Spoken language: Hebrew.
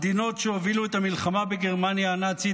המדינות שהובילו את המלחמה בגרמניה הנאצית